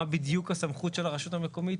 מה בדיוק הסמכות של הרשות המקומית,